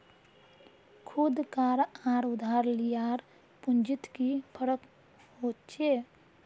खुद कार आर उधार लियार पुंजित की फरक होचे?